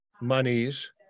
monies